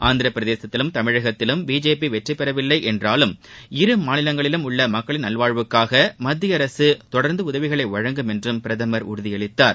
ஆந்திரபிரதேசத்திலும் தமிழ்நாட்டிலும் பிஜேபிவெற்றிபெறவில்லைஎன்றாலும் இருமாநிலங்களிலும் உள்ளமக்களின் நல்வாழ்வுக்காகமத்திய அரசுதொடர்ந்துஉதவிகளைவழங்கும் என்றும் பிரதமர் உறுதியளித்தார்